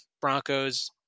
Broncos